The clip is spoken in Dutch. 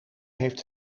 heeft